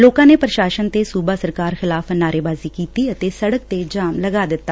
ਲੋਕਾ ਨੇ ਪ੍ਰਸ਼ਾਸਨ ਤੇ ਸੁਬਾ ਸਰਕਾਰ ਖਿਲਾਫ਼ ਨਾਰੇਬਾਜ਼ੀ ਕੀਤੀ ਅਤੇ ਸੜਕ ਤੇ ਜਾਮ ਲਗਾ ਦਿੱਤਾ